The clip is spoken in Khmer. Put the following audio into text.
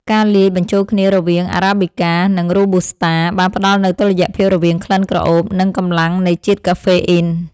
ការលាយបញ្ចូលគ្នារវាងអារ៉ាប៊ីកា និងរ៉ូប៊ូស្តា បានផ្ដល់នូវតុល្យភាពរវាងក្លិនក្រអូប និងកម្លាំងនៃជាតិកាហ្វេអ៊ីន។